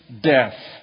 death